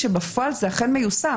בפועל זה אכן מיושם,